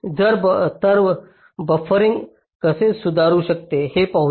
तर बफरिंग कसे सुधारू शकते ते पाहू